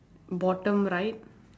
bottom right